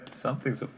something's